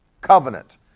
covenant